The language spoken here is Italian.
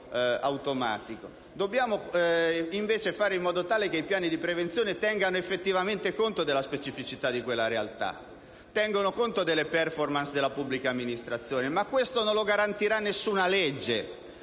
Dobbiamo invece fare in modo che i piani di prevenzione tengano effettivamente conto della specificità di quella realtà; tengano conto delle*performance* della pubblica amministrazione. Ma questo non lo garantirà alcuna legge: